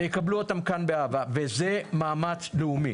יקבלו אותם כאן באהבה, וזה מאמץ לאומי.